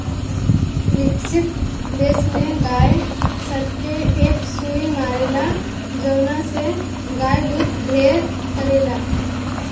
विकसित देश में गाय सब के एक सुई मारेला जवना से गाय दूध ढेर करले